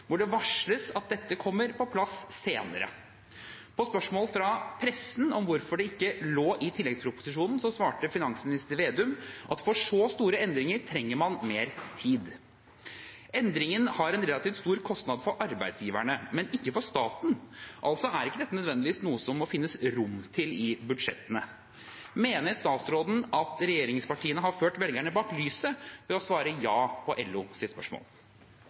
hvor det varsles at dette kommer på plass senere. På spørsmål fra pressen om hvorfor det ikke lå i tilleggsproposisjonen, svarte finansminister Slagsvold Vedum at for så store endringer trenger man mer tid. Endringen har en relativt stor kostnad for arbeidsgiverne, men ikke for staten. Altså er ikke dette nødvendigvis noe som det må finnes rom til i budsjettene. Mener statsråden at regjeringspartiene har ført velgerne bak lyset ved å svare ja på LOs spørsmål?